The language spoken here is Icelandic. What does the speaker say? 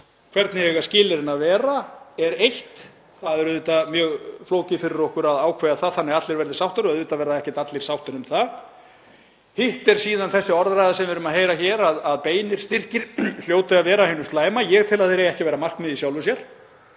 Hvernig skilyrðin eiga að vera er eitt. Það er auðvitað mjög flókið fyrir okkur að ákveða það þannig að allir verði sáttir og auðvitað verða ekki allir sáttir um það. Hitt er síðan þessi orðræða sem við erum að heyra hér, að beinir styrkir hljóti að vera af hinu slæma. Ég tel að þeir eigi ekki að vera markmið í sjálfu sér.